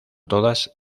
todas